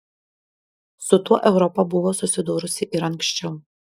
su tuo europa buvo susidūrusi ir anksčiau